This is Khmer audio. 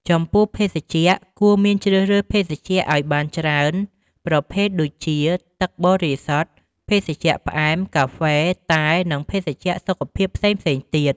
ចំពោះភេសជ្ជៈគួរមានជ្រើសរើសភេសជ្ជៈអោយបានច្រើនប្រភេទដូចជា ទឹកបរិសុទ្ធ ភេសជ្ជៈផ្អែម កាហ្វេ តែ និងភេសជ្ជៈសុខភាពផ្សេងៗទៀត។